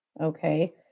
okay